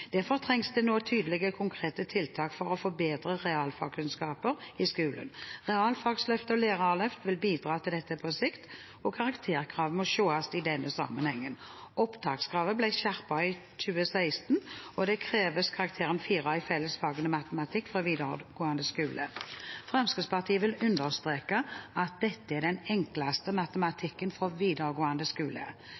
å få bedre realfagskunnskaper i skolen. Realfagsløftet og Lærerløftet vil bidra til dette på sikt, og karakterkravet må ses i denne sammenhengen. Opptakskravene ble skjerpet i 2016, og det kreves karakteren 4 i fellesfaget matematikk fra videregående skole. Fremskrittspartiet vil understreke at dette er den enkleste